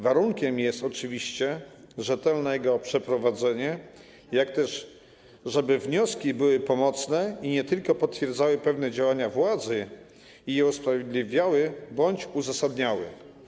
Warunkiem jest oczywiście rzetelne jego przeprowadzenie, tak żeby wnioski były pomocne, a nie tylko potwierdzały pewne działania władzy i je usprawiedliwiały bądź uzasadniały.